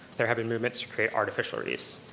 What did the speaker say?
there have been movements to create artificial reefs.